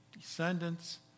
descendants